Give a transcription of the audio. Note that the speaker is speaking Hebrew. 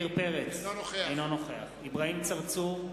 אינו נוכח אברהים צרצור,